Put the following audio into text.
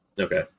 Okay